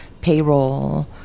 payroll